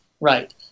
right